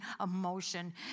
emotion